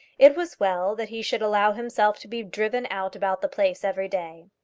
it was well that he should allow himself to be driven out about the place every day.